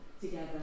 together